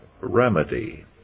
remedy